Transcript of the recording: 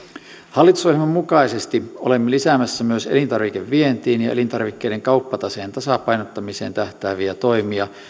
hallitusohjelman mukaisesti olemme lisäämässä myös elintarvikevientiin ja elintarvikkeiden kauppataseen tasapainottamiseen tähtääviä toimia